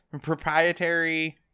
proprietary